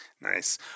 Nice